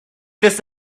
this